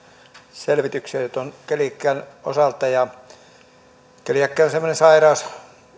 selvityksiä keliakian osalta keliakia on semmoinen sairaus